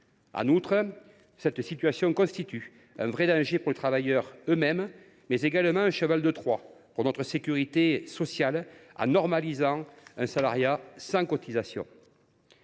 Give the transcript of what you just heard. digne. Cette situation constitue un véritable danger pour les travailleurs eux mêmes, mais également un cheval de Troie pour notre sécurité sociale, en normalisant un salariat sans cotisations.